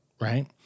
Right